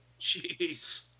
Jeez